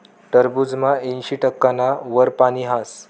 टरबूजमा ऐंशी टक्काना वर पानी हास